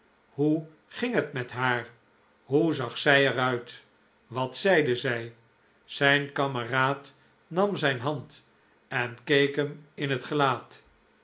hoe ging het met haar hoe zag zij er uit wat zeide zij zijn kameraad nam zijn hand en keek hem in het gelaat